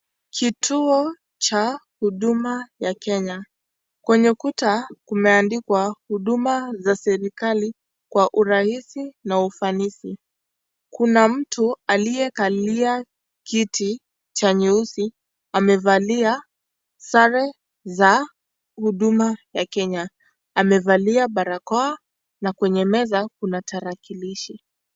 Kituo cha huduma ya Kenya. Kwenye kuta kumeandikwa 'huduma za seikali kwa urahisi na ufanisi'. Kuna mtu aliyekalia kiti cha nyeusi amevalia sare za huduma ya kenya. Amevalia barakoa na kwenye meza kuna tarakilishi